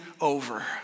over